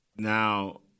Now